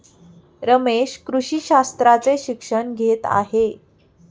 रमेश कृषी शास्त्राचे शिक्षण घेत आहे